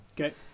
okay